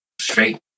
straight